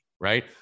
Right